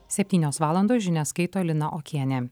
septynios valandos žinias skaito lina okienė